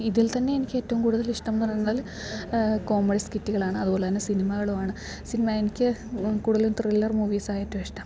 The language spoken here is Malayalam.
ഇതിൽ തന്നെ എനിക്ക് ഏറ്റവും കൂടുതൽ ഇഷ്ടമെന്നു പറഞ്ഞാൽ കോമഡി സ്കിറ്റുകളാണ് അതു പോലെ തന്നെ സിനിമകളുമാണ് സിനിമ എനിക്ക് കൂടുതലും ത്രില്ലർ മൂവീസാണ് ഏറ്റും ഇഷ്ടം